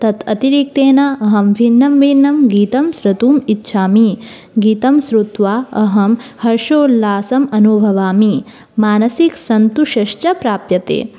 तत् अतिरिक्तेन अहं भिन्नं भिन्नं गीतं श्रोतुम् इच्छामि गीतं श्रुत्वा अहं हर्षोल्लासम् अनुभवामि मानसिकसन्तोषश्च प्राप्यते